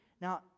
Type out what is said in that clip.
Now